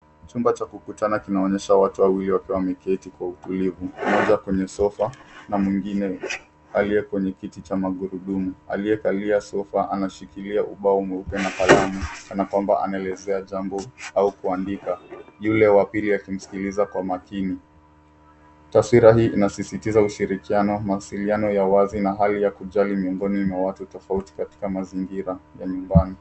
Chumba cha kukutana kinaonyesha watu wawili wakiwa wameketi kwa utulivu. Mmoja kwenye sofa na mwingine aliye kwenye kiti cha magurudumu. Aliyekalia sofa anashikilia ubao mweupe na kalamu kana kwamba anaelezea jambo au kuandika, yule wa pili akimsikiliza kwa makini. Taswira hii inasisitiza ushirikiano, mawasiliano ya wazi na hali ya kujali miongoni mwa watu tofauti katika mazingira ya nyumbani.